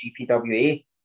GPWA